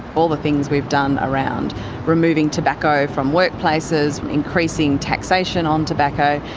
all the things we've done around removing tobacco from workplaces, increasing taxation on tobacco,